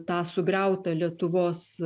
tą sugriautą lietuvos